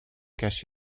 cacher